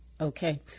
Okay